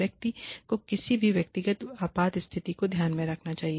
व्यक्ति को किसी भी व्यक्तिगत आपात स्थिति को ध्यान में रखना चाहिए